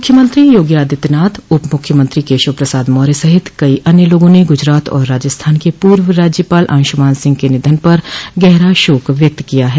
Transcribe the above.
मुख्यमंत्री योगी आदित्यनाथ उपमुख्यमंत्री केशव प्रसाद मौर्य सहित कई अन्य लोगों ने गुजरात और राजस्थान के पूर्व राज्यपाल अंशुमान सिंह के निधन पर गहरा शोक व्यक्त किया है